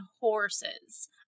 horses